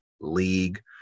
league